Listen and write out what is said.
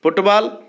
football